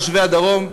את תושבי הדרום,